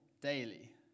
daily